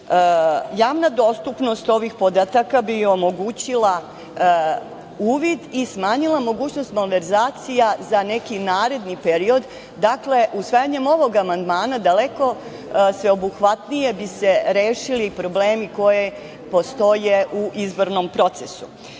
dostupnost ovih podataka bi omogućila uvid i smanjila mogućnost malverzacija za neki naredni period. Usvajanjem ovog amandmana daleko sveobuhvatnije bi se rešili problemi koji postoje u izbornom procesu.